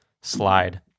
Slide